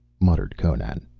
muttered conan.